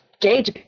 gauge